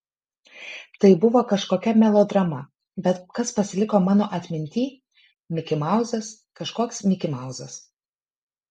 tai buvo kažkokia melodrama bet kas pasiliko mano atmintyj mikimauzas kažkoks mikimauzas